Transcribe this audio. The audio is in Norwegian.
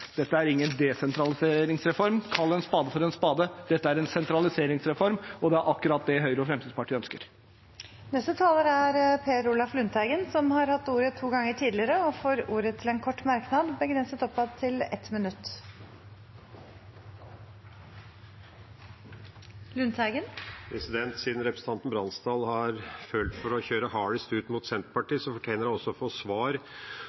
Dette er ingen desentraliseringsreform. Kall en spade for en spade, dette er en sentraliseringsreform. Det er akkurat det Høyre og Fremskrittspartiet ønsker. Representanten Per Olaf Lundteigen har hatt ordet to ganger tidligere og får ordet til en kort merknad, begrenset til 1 minutt. Siden representanten Bransdal har følt for å kjøre hardest ut mot Senterpartiet, fortjener hun også å få svar